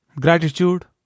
gratitude